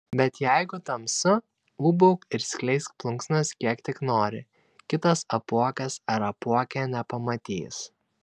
bet jeigu tamsu ūbauk ir skleisk plunksnas kiek tik nori kitas apuokas ar apuokė nepamatys